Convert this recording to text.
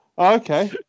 Okay